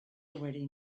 already